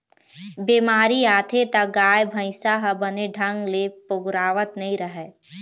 बेमारी आथे त गाय, भइसी ह बने ढंग ले पोगरावत नइ रहय